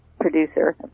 producer